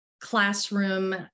classroom